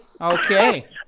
Okay